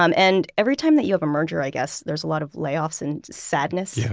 um and every time that you have a merger, i guess, there's a lot of layoffs and sadness yeah,